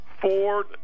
Ford